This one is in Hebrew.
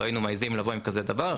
לא היינו מעזים לבוא עם כזה דבר.